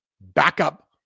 backup